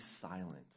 silent